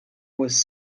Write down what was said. was